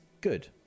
good